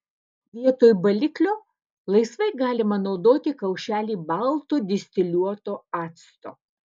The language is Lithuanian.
vietoj baliklio laisvai galima naudoti kaušelį balto distiliuoto acto